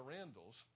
Randall's